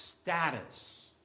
status